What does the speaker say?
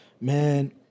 man